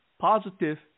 positive